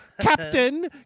Captain